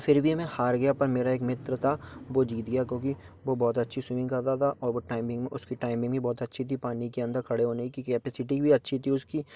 फिर भी मैं हार गया पर मेरा एक मित्र था वो जीत गया क्योंकि वो बहुत अच्छी स्विमिंग करता था और वो टाइमिंग उसकी टाइमिंग भी बहुत अच्छी थी पानी के अंदर खड़े होने की कैपेसिटी भी अच्छी थी उसकी